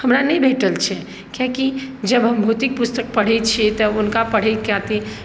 नहि भेटल छै किआकि जब हम भौतिक पुस्तक पढ़ैत छियै तऽ हुनका पढ़ै खातिर